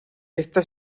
esta